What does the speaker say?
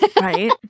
Right